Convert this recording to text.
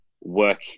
work